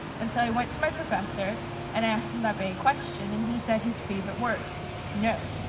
and so i went to my professor and asked him that very question. and he said his favorite word no.